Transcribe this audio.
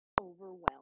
overwhelmed